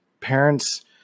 parents